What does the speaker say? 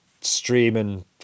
streaming